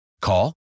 Call